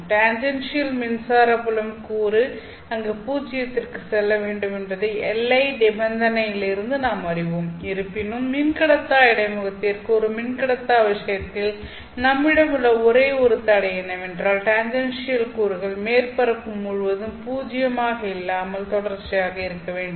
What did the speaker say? tangential மின்சார புலம் கூறு அங்கு பூஜ்ஜயத்திற்கு செல்ல வேண்டும் என்பதை எல்லை நிபந்தனையிலிருந்து நாம் அறிவோம் இருப்பினும் மின்கடத்தா இடைமுகத்திற்கு ஒரு மின்கடத்தா விஷயத்தில் நம்மிடம் உள்ள ஒரே ஒரு தடை என்னவென்றால் டான்ஜென்ஷியல் கூறுகள் மேற்பரப்பு முழுவதும் பூஜ்ஜியமாக இல்லாமல் தொடர்ச்சியாக இருக்க வேண்டும்